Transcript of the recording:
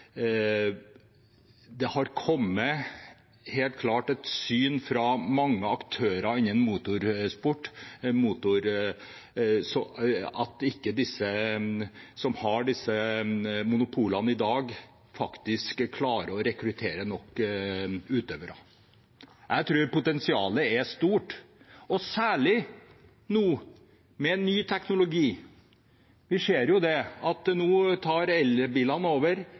som har disse monopolene i dag, ikke klarer å rekruttere nok utøvere. Jeg tror potensialet er stort, særlig nå, med ny teknologi. Vi ser jo at nå tar elbilene over.